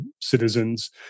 citizens